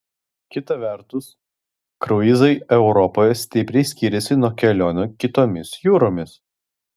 kita vertus kruizai europoje stipriai skiriasi nuo kelionių kitomis jūromis